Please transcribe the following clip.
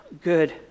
good